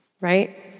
right